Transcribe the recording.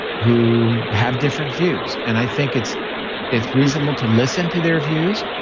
who have different views, and i think it's it's reasonable to listen to their views,